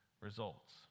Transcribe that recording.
results